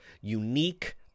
unique